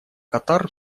катар